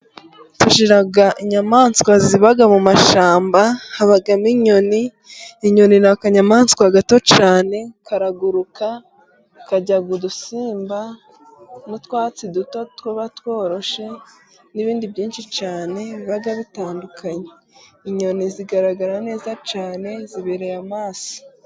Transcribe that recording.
Tugira inyamaswa ziba mu mashyamba, habamo inyoni, inyoni ni akanyamaswa gato cyane, karaguruka, karya udusimba n'utwatsi duto tuba tworoshye, n'ibindi byinshi cyane barya bitandukanye, inyoni zigaragara neza cyane, zibereye amaso.